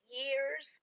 years